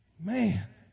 Man